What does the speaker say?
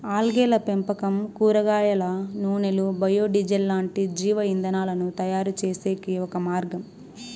ఆల్గేల పెంపకం కూరగాయల నూనెలు, బయో డీజిల్ లాంటి జీవ ఇంధనాలను తయారుచేసేకి ఒక మార్గం